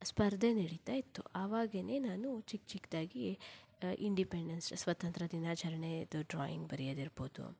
ಸ್ಪರ್ಧೆ ನಡೀತಾ ಇತ್ತು ಆವಾಗೇನೇ ನಾನು ಚಿಕ್ಕ ಚಿಕ್ಕದಾಗಿ ಇಂಡಿಪೆಂಡೆನ್ಸ್ ಸ್ವಾತಂತ್ರ್ಯ ದಿನಾಚರಣೆಯದು ಡ್ರಾಯಿಂಗ್ ಬರಿಯೋದಿರ್ಬೋದು